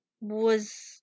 was-